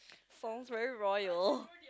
sounds very royal